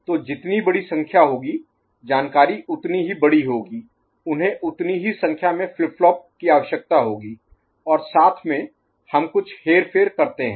तो जितनी बड़ी संख्या होगी जानकारी उतनी ही बड़ी होगी उन्हें उतनी ही संख्या में फ्लिप फ्लॉप की आवश्यकता होगी और साथ में हम कुछ हेरफेर करते हैं